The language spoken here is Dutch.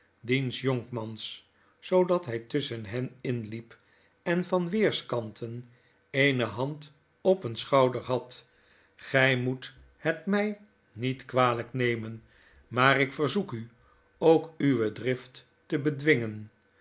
diens jonkmans zoodat hy tusschen heninliep en van weerskanten eene hand op een schouder had gy moet het my niet kwalyk icemen maar ik verzoek u ook uwe drift te bedwingen